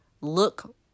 look